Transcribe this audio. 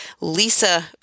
Lisa